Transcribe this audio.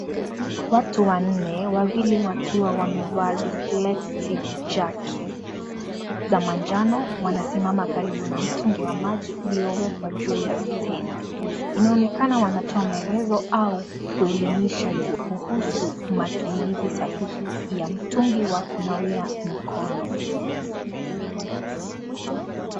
Watu wanne, wawili wakiwa wamevaa reflective jackets za manjano, wanasimama karibu na mtungi wa maji uliowekwa juu ya stedi. Inaonekana wanatoa maelezo au kuelimisha kuhusu matumizi sahihi ya mtungi wa kunawia mkono.